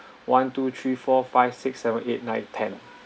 one two three four five six seven eight nine ten